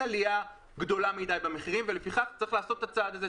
עלייה גדולה מידי במחירים ולפיכך צריך לעשות את הצעד הזה.